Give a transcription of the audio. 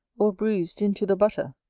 or bruised into the butter.